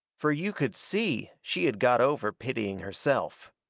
fur you could see she had got over pitying herself.